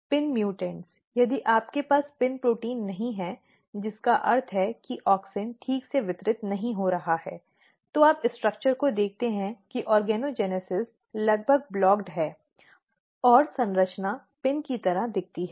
pin mutant यदि आपके पास PIN प्रोटीन नहीं है जिसका अर्थ है कि ऑक्सिन ठीक से वितरित नहीं हो रहा है तो आप संरचना को देखते हैं कि ऑर्गोजेनेसिस लगभग अवरुद्ध है और संरचना पिन की तरह दिखती है